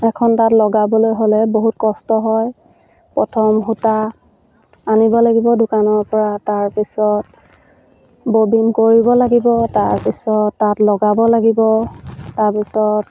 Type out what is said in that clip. এখন তাঁত লগাবলৈ হ'লে বহুত কষ্ট হয় প্ৰথম সূতা আনিব লাগিব দোকানৰপৰা তাৰপিছত ববিন কৰিব লাগিব তাৰপিছত তাঁত লগাব লাগিব তাৰপিছত